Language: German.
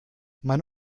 mein